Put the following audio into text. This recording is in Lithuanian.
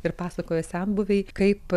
ir pasakojo senbuviai kaip